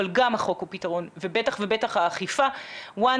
אבל גם החוק הוא פתרון ובטח ובטח האכיפה ברגע